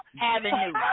Avenue